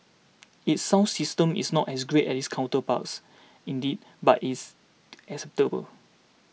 its sound system is not as great as its counterparts indeed but is is